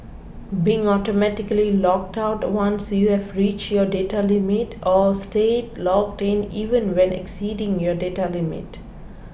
being automatically logged out once you've reached your data limit or staying logged in even when exceeding your data limit